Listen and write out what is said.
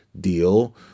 deal